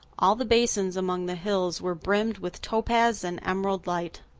all the basins among the hills were brimmed with topaz and emerald light.